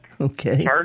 Okay